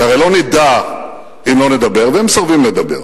כי הרי לא נדע אם לא נדבר, והם מסרבים לדבר.